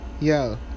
yo